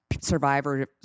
survivors